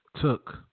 took